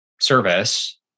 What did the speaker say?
service